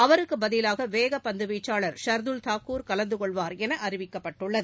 அவருக்குப் பதிலாகவேகபந்துவீச்சாளர் ஷர்துல் தாக்கூர் கலந்துகொள்வாா் எனஅறிவிக்கப்பட்டுள்ளது